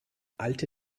alte